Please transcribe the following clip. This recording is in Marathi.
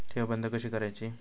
ठेव बंद कशी करायची?